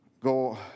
go